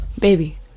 Baby